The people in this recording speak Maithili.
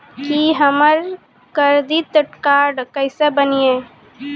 की हमर करदीद कार्ड केसे बनिये?